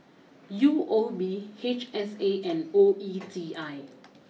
U O B H S A and O E T I